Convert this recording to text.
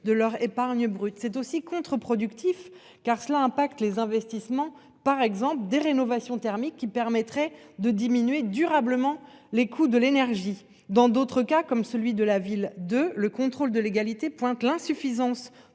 de leur épargne brute c'est aussi contre-productif car cela impacte les investissements par exemple des rénovations thermiques qui permettrait de diminuer durablement les coûts de l'énergie dans d'autres cas comme celui de la ville de le contrôle de légalité, pointe l'insuffisance